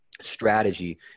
strategy